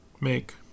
Make